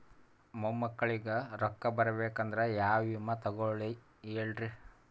ಮೊಮ್ಮಕ್ಕಳಿಗ ರೊಕ್ಕ ಬರಬೇಕಂದ್ರ ಯಾ ವಿಮಾ ತೊಗೊಳಿ ಹೇಳ್ರಿ?